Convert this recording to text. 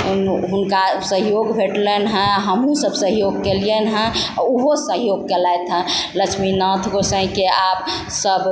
हुनका सहयोग भेटलनि हेँ हमहुँ सब सहयोग कयलियनि हेँ आओर उहो सहयोग कयलथि हइ लक्ष्मीनाथ गोसाइके आओर सब